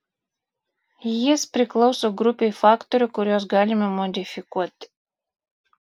jis priklauso grupei faktorių kuriuos galime modifikuoti